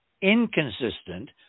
inconsistent